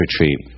retreat